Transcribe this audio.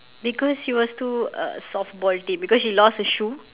because she was too uh softball team because she lost a shoe